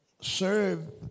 Serve